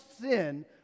sin